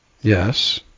Yes